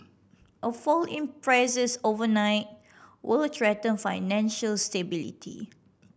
a fall in prices overnight will threaten financial stability